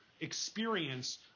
experience